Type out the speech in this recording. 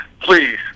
please